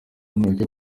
mureke